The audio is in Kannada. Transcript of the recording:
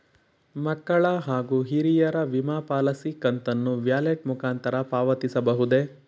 ಮಕ್ಕಳ ಹಾಗೂ ಹಿರಿಯರ ವಿಮಾ ಪಾಲಿಸಿ ಕಂತನ್ನು ವ್ಯಾಲೆಟ್ ಮುಖಾಂತರ ಪಾವತಿಸಬಹುದೇ?